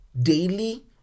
daily